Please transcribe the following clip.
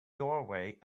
doorway